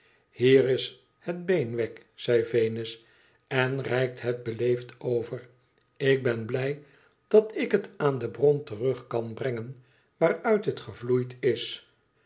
hier is het been wegg zegt venus en reikt het beleefd over ik ben blij dat ik het aan de bron terug kan brengen waaruit het gevloeid is